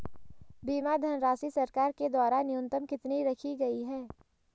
बीमा धनराशि सरकार के द्वारा न्यूनतम कितनी रखी गई है?